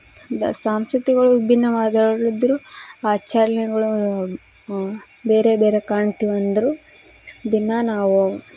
the ಸಂಸ್ಕೃತಿಗಳು ವಿಭಿನ್ನವಾದಳಿದ್ರು ಆಚರಣೆಗಳು ಬೇರೆ ಬೇರೆ ಕಾಣ್ತೀವಿ ಅಂದರೂ ದಿನ ನಾವು